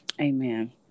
amen